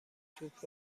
توپ